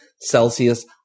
Celsius